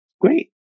great